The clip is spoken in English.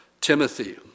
Timothy